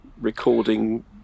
recording